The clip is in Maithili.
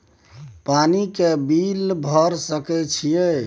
पानी के बिल भर सके छियै?